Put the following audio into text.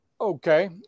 Okay